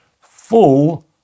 full